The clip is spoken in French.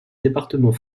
département